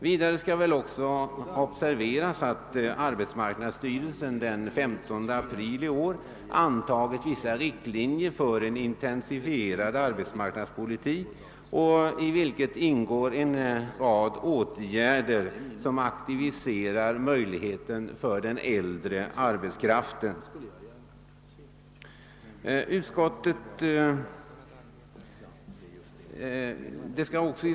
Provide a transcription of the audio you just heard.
Vidare kan observeras att arbetsmarknadsstyrelsen den 15 april i år antagit vissa riktlinjer för en intensifie rad arbetsmarknadspolitik, i vilken ingår en rad åtgärder som ger den äldre arbetskraften större möjligheter.